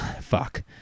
Fuck